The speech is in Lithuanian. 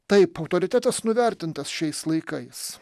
taip autoritetas nuvertintas šiais laikais